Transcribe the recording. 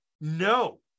no